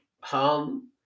harm